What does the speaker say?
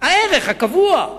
הערך הקבוע,